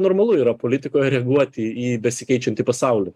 normalu yra politikoje reaguoti į besikeičiantį pasaulį